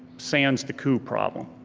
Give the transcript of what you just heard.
sans the coup problem.